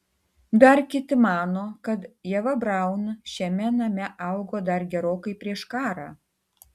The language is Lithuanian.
dar kiti mano kad ieva braun šiame name augo dar gerokai prieš karą